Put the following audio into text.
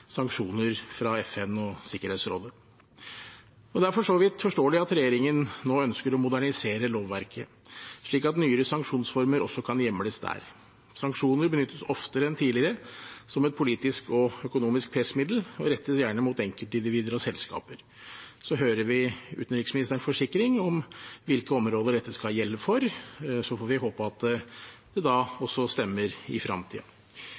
sanksjoner fra FN og Sikkerhetsrådet. Og det er for så vidt forståelig at regjeringen nå ønsker å modernisere lovverket, slik at nyere sanksjonsformer også kan hjemles der. Sanksjoner benyttes oftere enn tidligere som et politisk og økonomisk pressmiddel og rettes gjerne mot enkeltindivider og selskaper. Så hører vi utenriksministerens forsikring om hvilke områder dette skal gjelde for, og vi får håpe at det også stemmer i